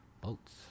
boats